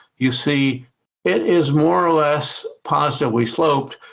you see it is more or less positively sloped.